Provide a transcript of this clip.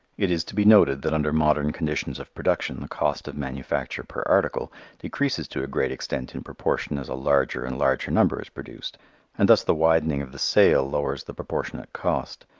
it is to be noted that under modern conditions of production the cost of manufacture per article decreases to a great extent in proportion as a larger and larger number is produced and thus the widening of the sale lowers the proportionate cost.